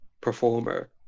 performer